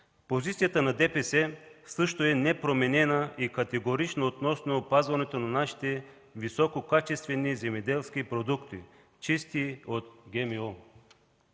Позицията на ДПС също е непроменена и категорична относно опазването на нашите висококачествени земеделски продукти чисти от ГМО.